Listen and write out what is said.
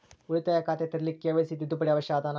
ಉಳಿತಾಯ ಖಾತೆ ತೆರಿಲಿಕ್ಕೆ ಕೆ.ವೈ.ಸಿ ತಿದ್ದುಪಡಿ ಅವಶ್ಯ ಅದನಾ?